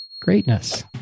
greatness